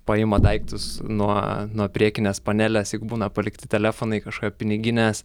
paima daiktus nuo nuo priekinės panelės juk būna palikti telefonai kažkokie piniginės